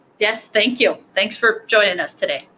yes, thank you. thanks for joining us today.